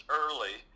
early